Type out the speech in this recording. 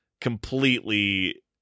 completely